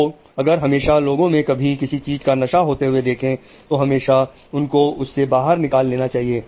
तो अगर हमेशा लोगों में कभी भी किसी चीज का नशा होते हुए देखें तो हमेशा उनको उससे बाहर निकाल लेना चाहिए